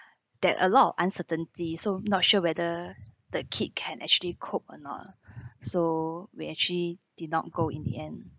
that a lot of uncertainty so not sure whether the kid can actually cope or not so we actually did not go in the end